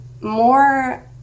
more